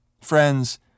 friends